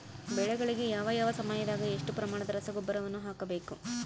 ಬೆಳೆಗಳಿಗೆ ಯಾವ ಯಾವ ಸಮಯದಾಗ ಎಷ್ಟು ಪ್ರಮಾಣದ ರಸಗೊಬ್ಬರವನ್ನು ಹಾಕಬೇಕು?